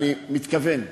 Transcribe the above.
אני מתכוון בעזרת,